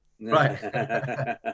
right